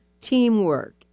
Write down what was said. teamwork